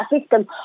system